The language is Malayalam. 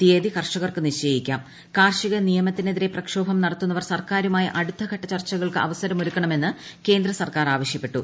തീയതി കർഷകർക്ക് നിശ്ചയിക്കാം കാർഷിക നിയമത്തിനെതിരെ പ്രക്ഷോഭം നടത്തുന്നവർ സർക്കാരുമായി അടുത്ത ഘട്ട ചർച്ചകൾക്ക് അവസരമൊരുക്കണമെന്ന് കേന്ദ്ര സർക്കാർ ആവശ്യപ്പെട്ടു